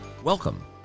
Welcome